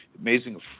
amazing